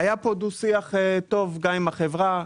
היה פה דו-שיח טוב גם עם החברה.